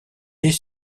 est